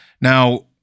Now